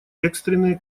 экстренные